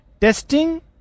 Testing